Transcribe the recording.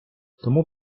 тому